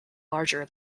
larger